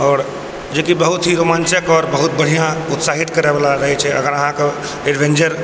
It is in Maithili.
आओर जे की बहुत ही रोमाञ्चक आओर बहुत बढ़िआँ उत्साहित करैयवला रहै छै अगर अहाँके एडवेंचर